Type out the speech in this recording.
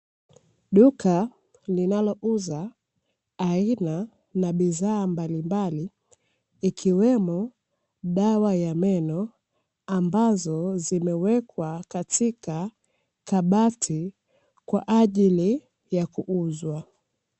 Duka linalouza aina na bidhaa mbalimbali ikiwemo dawa ya meno, ambazo zimekwa katika kabati kwa ajili ya kuuzwa.